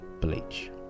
Bleach